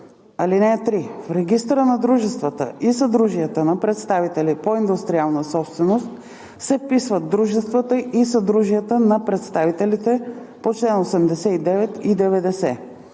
чл. 85. (3) В Регистъра на дружествата и съдружията на представителите по индустриална собственост се вписват дружествата и съдружията на представителите по чл. 89 и 90.